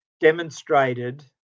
demonstrated